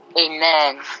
Amen